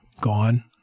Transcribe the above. gone